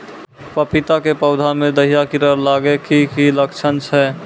पपीता के पौधा मे दहिया कीड़ा लागे के की लक्छण छै?